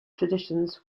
traditions